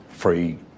free